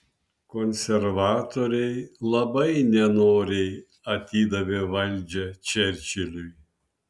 konservatoriai labai nenoriai atidavė valdžią čerčiliui